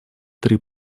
три